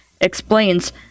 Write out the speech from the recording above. explains